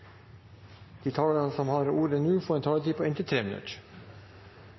De talere som heretter får ordet, har en taletid på inntil